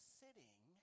sitting